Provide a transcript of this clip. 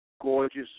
gorgeous